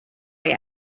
way